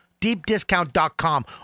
Deepdiscount.com